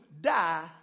die